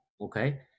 okay